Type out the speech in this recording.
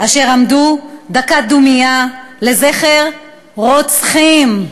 אשר עמדו דקת דומייה לזכר רוצחים.